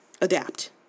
adapt